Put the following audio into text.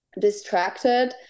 distracted